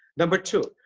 number two,